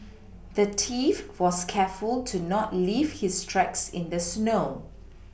the thief was careful to not leave his tracks in the snow